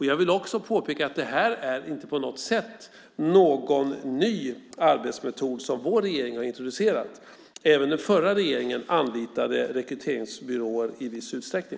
Jag vill också påpeka att det här inte på något sätt är någon ny arbetsmetod som vår regering har introducerat. Även den förra regeringen anlitade rekryteringsbyråer i viss utsträckning.